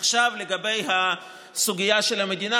עכשיו לגבי הסוגיה של המדינה,